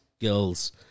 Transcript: girls